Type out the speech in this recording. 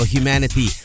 humanity